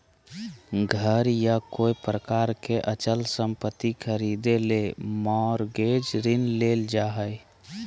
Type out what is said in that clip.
घर या कोय प्रकार के अचल संपत्ति खरीदे ले मॉरगेज ऋण लेल जा हय